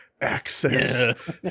access